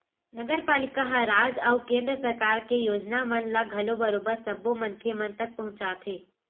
नगरपालिका ह राज अउ केंद्र सरकार के योजना मन ल घलो बरोबर सब्बो मनखे मन तक पहुंचाथे